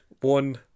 one